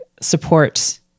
support